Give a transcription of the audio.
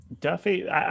duffy